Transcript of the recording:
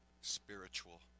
spiritual